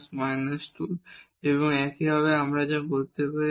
এখন একইভাবে আমরা করতে পারি